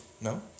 No